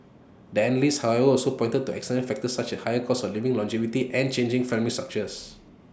the analysts however also pointed to external factors such as the higher cost of living longevity and changing family structures